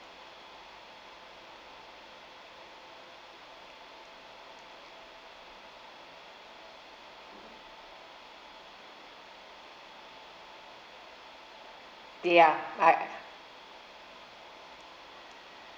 ya I